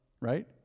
right